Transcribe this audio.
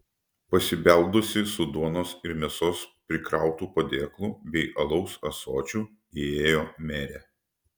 pasibeldusi su duonos ir mėsos prikrautu padėklu bei alaus ąsočiu įėjo merė